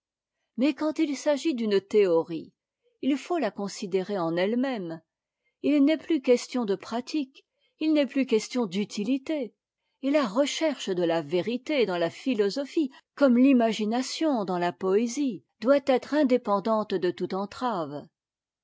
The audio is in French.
mais quand il s'agit d'une théorie il faut là considérer en elle-même il n'est plus question de pratique il n'est plus question d'utilité et la recherche de la vérité dans la philosophie comme l'imagination dans la poésie doit être indépendante de toute entrave